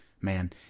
man